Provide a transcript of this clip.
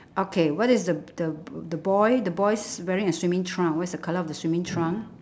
okay what is the the the boy the boy's wearing a swimming trunk what's the colour of the swimming trunk